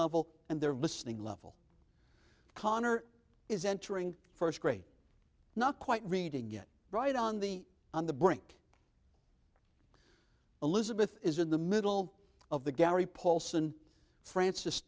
level and their listening level connor is entering first grade not quite reading it right on the on the brink elizabeth is in the middle of the gallery paulson francis